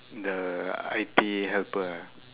the I_T helper ah